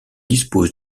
dispose